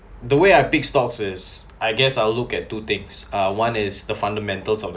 the way I pick stocks is I guess I'll look at two things uh one is the fundamentals of